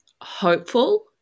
hopeful